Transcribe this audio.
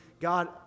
God